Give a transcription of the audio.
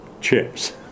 chips